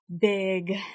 big